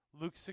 Luke